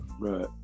right